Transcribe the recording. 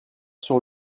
sur